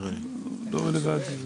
זה לא רלוונטי,